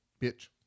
bitch